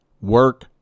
work